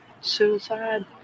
Suicide